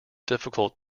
difficult